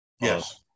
Yes